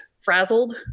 frazzled